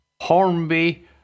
Hornby